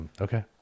Okay